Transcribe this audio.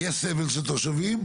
יהיה סבל של תושבים.